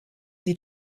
sie